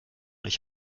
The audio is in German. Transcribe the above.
euch